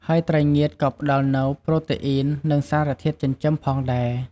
ហើយត្រីងៀតក៏ផ្តល់នូវ ប្រូតេអ៊ីន និងសារធាតុចិញ្ចឹម ផងដែរ។